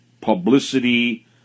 publicity